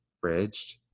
bridged